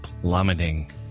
plummeting